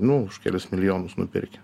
nu už kelis milijonus nupirkę